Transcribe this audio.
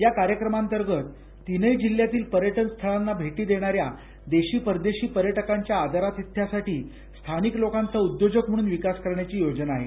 या कार्यक्रमांतर्गत तीनही जिल्ह्यातील पर्यटन स्थळांना भेटी देणाऱ्या देशी विदेशी पर्यटकांच्या आदरातिथ्यासाठी स्थानिक लोकांचा उद्योजक म्हणून विकास करण्याची योजना आहे